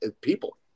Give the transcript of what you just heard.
people